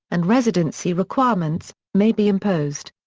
and residency requirements, may be imposed.